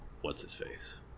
what's-his-face